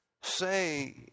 say